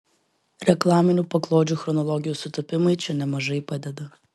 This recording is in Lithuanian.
reklaminių paklodžių chronologijos sutapimai čia nemažai padeda